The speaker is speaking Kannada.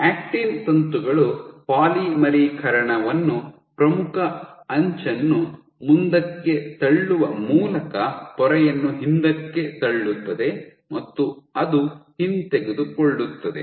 ಆಕ್ಟಿನ್ ತಂತುಗಳು ಪಾಲಿಮರೀಕರಣವನ್ನು ಪ್ರಮುಖ ಅಂಚನ್ನು ಮುಂದಕ್ಕೆ ತಳ್ಳುವ ಮೂಲಕ ಪೊರೆಯನ್ನು ಹಿಂದಕ್ಕೆ ತಳ್ಳುತ್ತದೆ ಮತ್ತು ಅದು ಹಿಂತೆಗೆದುಕೊಳ್ಳುತ್ತದೆ